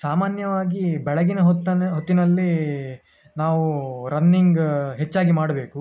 ಸಾಮಾನ್ಯವಾಗಿ ಬೆಳಗಿನ ಹೊತ್ತನ್ನೆ ಹೊತ್ತಿನಲ್ಲಿ ನಾವು ರನ್ನಿಂಗ್ ಹೆಚ್ಚಾಗಿ ಮಾಡಬೇಕು